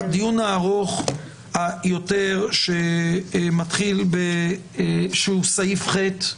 הדיון הארוך יותר הוא בסעיף (ח).